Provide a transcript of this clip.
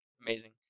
Amazing